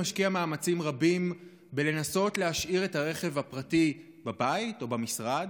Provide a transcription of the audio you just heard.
משקיע מאמצים רבים בלנסות להשאיר את הרכב הפרטי בבית או במשרד,